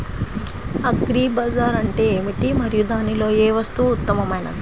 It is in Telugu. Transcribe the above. అగ్రి బజార్ అంటే ఏమిటి మరియు దానిలో ఏ వస్తువు ఉత్తమమైనది?